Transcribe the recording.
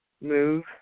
move